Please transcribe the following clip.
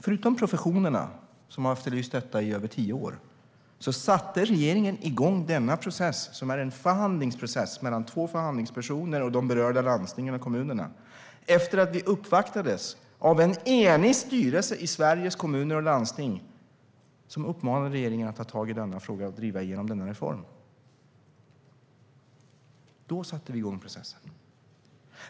Men professionerna har efterlyst detta i över tio år, och regeringen satte igång denna process, som är en förhandlingsprocess mellan två förhandlingspersoner och de berörda landstingen och kommunerna, efter att vi uppvaktades av en enig styrelse i Sveriges Kommuner och Landsting som uppmanade regeringen att ta tag i denna fråga och driva igenom denna reform. Då satte vi igång processen.